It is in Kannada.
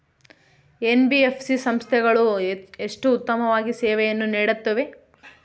ಎನ್.ಬಿ.ಎಫ್.ಸಿ ಸಂಸ್ಥೆಗಳು ಎಷ್ಟು ಉತ್ತಮವಾಗಿ ಸೇವೆಯನ್ನು ನೇಡುತ್ತವೆ?